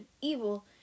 evil